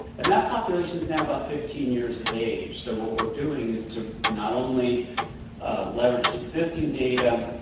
and that population is now about fifteen years of age. so what we're doing is to not only leverage the existing data